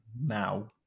now